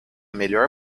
melhor